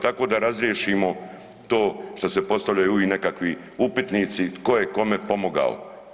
Tako da razriješimo to što se postavljaju uvik nekakvi upitnici tko je kome pomogao.